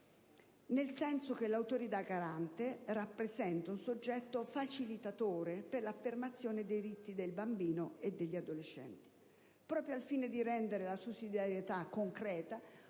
nel senso che l'Autorità garante rappresenta un soggetto facilitatore per l'affermazione dei diritti dei bambini e degli adolescenti. Proprio al fine di rendere la sussidiarietà concreta,